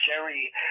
Jerry